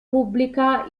pubblica